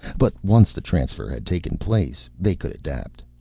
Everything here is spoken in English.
but once the transfer had taken place, they could adapt.